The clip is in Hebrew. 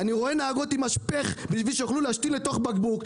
אני רואה נהגות עם משפך בשביל שיוכלו להשתין אל תוך בקבוק.